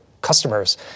customers